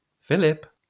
Philip